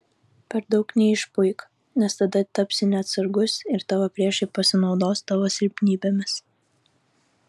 per daug neišpuik nes tada tapsi neatsargus ir tavo priešai pasinaudos tavo silpnybėmis